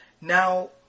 Now